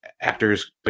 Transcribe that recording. actors